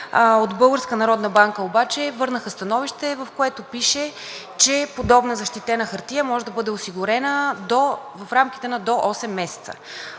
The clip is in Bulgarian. банка обаче върнаха становище, в което пише, че подобна защитена хартия може да бъде осигурена в рамките на до осем месеца,